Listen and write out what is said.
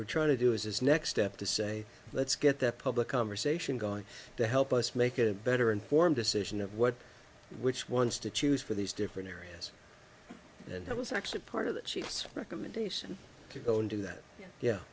we're trying to do is is next step to say let's get the public conversation going to help us make a better informed decision of what which ones to choose for these different areas and that was actually part of the chief's recommendation to go into that